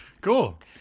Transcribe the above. Cool